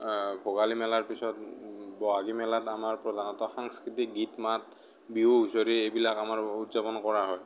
ভোগালী মেলাৰ পিছত বহাগী মেলাত আমাৰ প্ৰধানত সাংস্কৃতিক গীত মাত বিহু হুঁচৰি এইবিলাক আমাৰ উ উদযাপন কৰা হয়